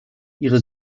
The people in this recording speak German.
ihre